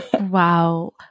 Wow